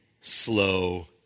slow